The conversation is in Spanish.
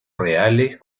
reales